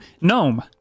gnome